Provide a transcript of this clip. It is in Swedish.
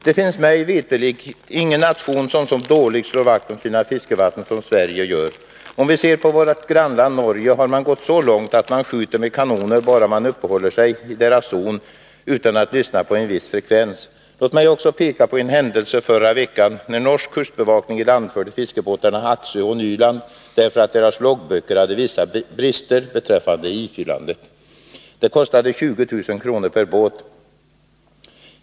Det finns mig veterligt ingen nation som så dåligt slår vakt om sina fiskevatten som Sverige gör. Om vi ser på vårt grannland Norge finner vi att man där har gått så långt att man skjuter med kanoner bara någon uppehåller sig i norrmännens zon utan att lyssna på en viss frekvens. Låt mig också peka på en händelse förra veckan, när norsk kustbevakning ilandförde fiskebå tarna Axö och Nyland därför att deras loggböcker hade vissa brister beträffande ifyllandet. Det kostade 20 000 kr. per båt.